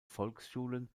volksschulen